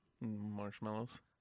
Marshmallows